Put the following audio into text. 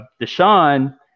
Deshaun